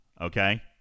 Okay